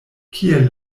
kiel